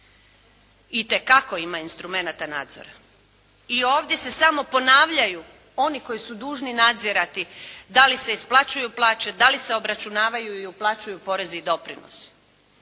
Itekako ima instrumenata nadzora. I ovdje se samo ponavljaju oni koji su dužni nadzirati da li se isplaćuju plaće, da li se obračunavaju i uplaćuju porezi i doprinosi.